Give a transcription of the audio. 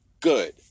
Good